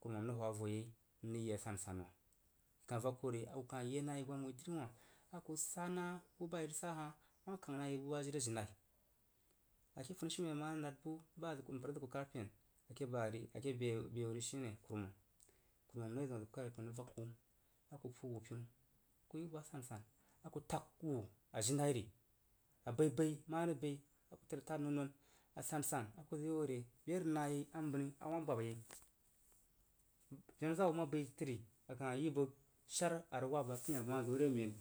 kuruma rəg hwa ua yei n rəg yi yi a san san ri i kan vak ko ri akuyi nah yi gbama wuidai hah a ku sa nayi buba rəg sa hah a wah kan na yi bu ba jinai. A ke funishiumen a ma rəg nad bu ba azəg mpəra zəg ku rəg kad pen ake sari ake bebe wu h ri shi ne kurumam kurum rezəu a zəg ku kad re pen a ku puu wu pinu a ku yi wuba san a ku tas wu jiri ajirai a baibai ma rəg bəi, a kutəd zəg tad non non. A sansan a ka zəg yi wore be a rəg nah ye a mbəni a wah gbab yei jenaza wu ma bəi təri a kah yi bəg shar a kah rəg wab bai akoin hah bəg ma zore men.